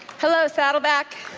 hello saddleback.